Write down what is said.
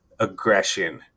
aggression